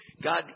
God